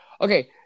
Okay